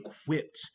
equipped